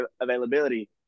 availability